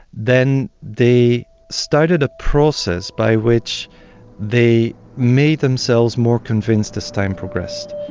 then they started a process by which they made themselves more convinced as time progressed.